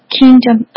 kingdom